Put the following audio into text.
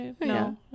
no